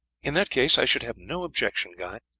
in that case i should have no objection, guy.